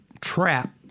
trap